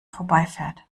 vorbeifährt